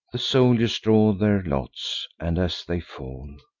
the soldiers draw their lots, and, as they fall,